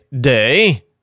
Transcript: Day